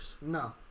No